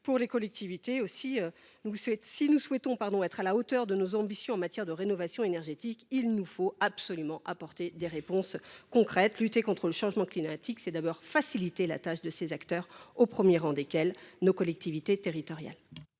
pour les collectivités. Si nous souhaitons être à la hauteur de nos ambitions en matière de rénovation énergétique, il nous faut absolument leur apporter des réponses concrètes. Lutter contre le changement climatique, c’est d’abord faciliter la tâche de ces acteurs, au premier rang desquels nos collectivités territoriales.